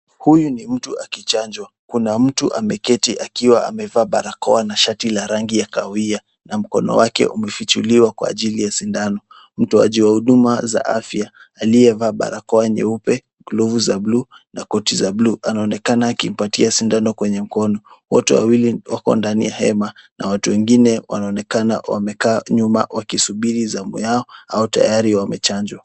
Huyu ni mtu akichanjwa. Kuna mtu ameketi akiwa amevaa barakoa na shati la rangi ya kahawia na mkono wake umefichuliwa kwa ajili ya sindano. Mtoaji wa huduma za afya aliyevaa barakoa nyeupe, glovu za blue na koti za blue anaonekana akimpatia sindano kwenye mkono. Wote wawili wako ndani ya hema na watu wengine wanaonekana wamekaa nyuma wakisubiri zamu yao au tayari wamechanjwa.